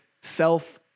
self